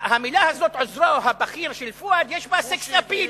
המלה הזאת, עוזרו הבכיר של פואד, יש בה סקס-אפיל,